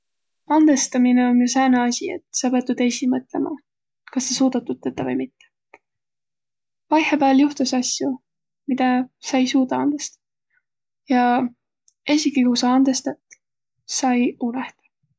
Andõstaminõ om ju sääne asi, et sa piät tuud esiq mõtlõma, kas sa suudat tuud tetäq või mitte. Vaihõpääl juhtus asju, midä sa ei suuda andõstaq ja esigi ku sa andõstat, sa ei unõhtaq.